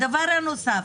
הדבר הנוסף.